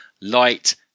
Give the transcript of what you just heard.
light